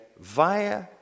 via